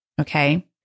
Okay